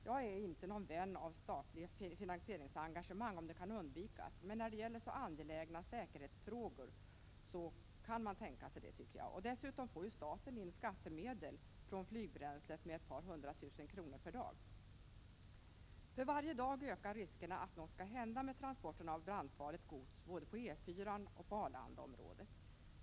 Jag är inte någon vän av statliga finansieringsengagemang, om det kan undvikas, men när det gäller så angelägna säkerhetsfrågor kan man tänka sig det, tycker jag. Dessutom får ju staten in skattemedel från flygbränslet med ett par hundra tusen kronor per dag. För varje dag ökar riskerna för att något skall hända med transporterna av brandfarligt gods, både på E4-an och på Arlandaområdet.